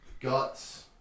guts